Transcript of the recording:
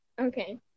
Okay